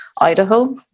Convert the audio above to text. Idaho